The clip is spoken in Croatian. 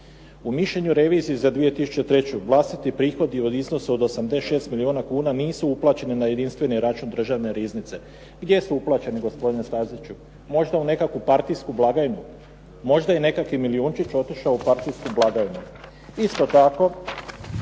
U mišljenju revizije za 2003. vlastiti prihodi u iznosu od 86 milijuna kuna nisu uplaćeni na jedinstveni račun državne riznice. Gdje su uplaćeni gospodine Staziću? Možda u nekakvu partijsku blagajnu? Možda je nekakvi milijunčić otišao u partijsku blagajnu? Isto tako